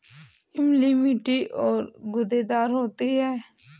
इमली मीठी और गूदेदार होती है